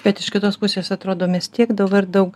bet iš kitos pusės atrodo mes tiek dabar daug